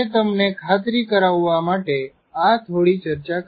તે તમને ખાતરી કરાવવા માટે આ થોડી ચર્ચા કરી